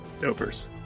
dopers